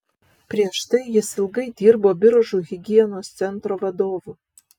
prieš tai jis ilgai dirbo biržų higienos centro vadovu